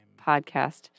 Podcast